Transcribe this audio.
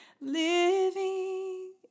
living